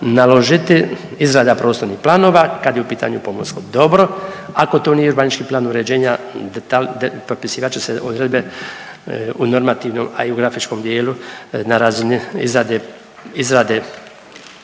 naložiti izrada prostornih planova kad je u pitanju pomorsko dobro ako to nije urbanički plan uređenja propisivat će se odredbe u normativnom, a i u grafičkom dijelu na razini izrade